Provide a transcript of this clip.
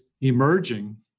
emerging